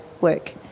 work